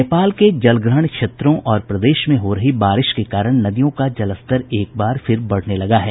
नेपाल के जलग्रहण क्षेत्रों और प्रदेश में हो रही बारिश के कारण नदियों का जलस्तर एक बार फिर बढ़ने लगा है